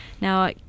Now